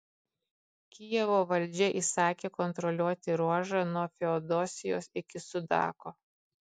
kijevo valdžia įsakė kontroliuoti ruožą nuo feodosijos iki sudako